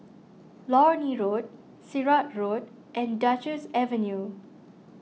Lornie Road Sirat Road and Duchess Avenue